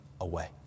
away